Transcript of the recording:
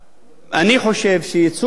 אני חושב שייצוג מהסוג הזה,